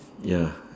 ya